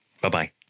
Bye-bye